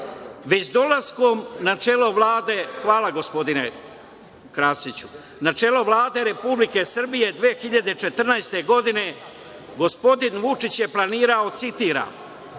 Već dolaskom na čelo Vlade Republike Srbije 2014. godine, gospodin Vučić je planirao, citiram